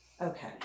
okay